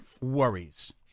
worries